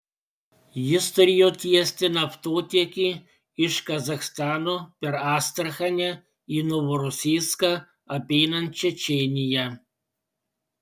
jis turėjo tiesti naftotiekį iš kazachstano per astrachanę į novorosijską apeinant čečėniją